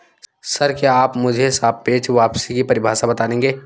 Sir, क्या आप मुझे सापेक्ष वापसी की परिभाषा बता देंगे?